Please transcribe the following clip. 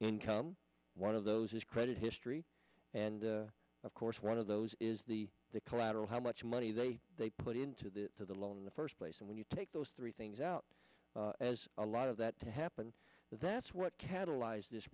income one of those is credit history and of course one of those is the collateral how much money they they put into the to the loan in the first place and when you take those three things out as a lot of that to happen that's what catalyzed this